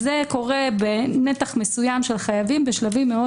זה קורה בנתח מסוים של חייבים בשלבים מאוד